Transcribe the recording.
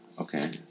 Okay